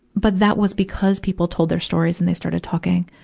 but that was because people told their stories and they started talking.